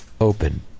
open